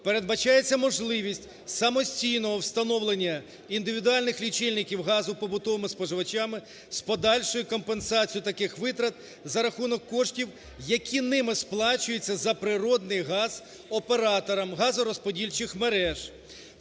Передбачається можливість самостійного встановлення індивідуальних лічильників газу побутовими споживачами з подальшою компенсацією таких витрат за рахунок коштів, які ними сплачуються за природний газ оператором газорозподільчих мереж.